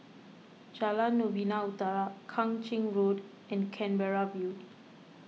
Jalan Novena Utara Kang Ching Road and Canberra View